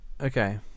Okay